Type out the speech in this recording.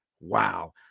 Wow